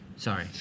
Sorry